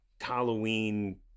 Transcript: Halloween